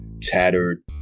tattered